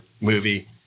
movie